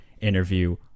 interview